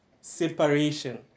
separation